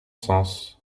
sens